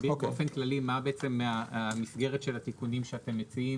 תסביר באופן כללי מה בעצם המסגרת של התיקונים שאתם מציעים